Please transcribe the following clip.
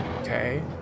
Okay